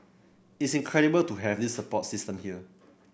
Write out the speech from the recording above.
it's incredible to have this support system here